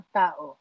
tao